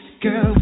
girl